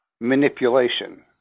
manipulation